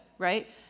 right